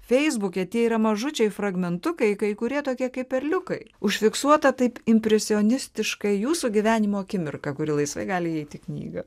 feisbuke tie yra mažučiai fragmentukai kai kurie tokie kaip perliukai užfiksuota taip impresionistiškai jūsų gyvenimo akimirka kuri laisvai gali įeiti į knygą